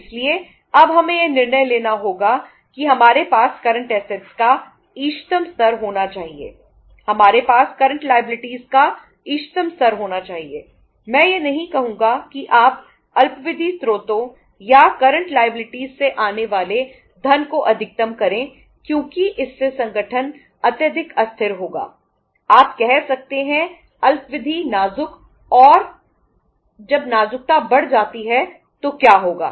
इसलिए अब हमें यह निर्णय लेना होगा कि हमारे पास करंट असेट्स से आने वाले धन को अधिकतम करें क्योंकि इससे संगठन अत्यधिक अस्थिर होगा आप कह सकते हैं अत्यधिक नाजुक और जब नाजुकता बढ़ जाती है तो क्या होगा